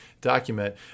document